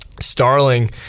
Starling